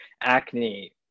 acne